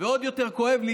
ועוד יותר כואב לי,